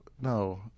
no